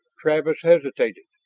travis hesitated.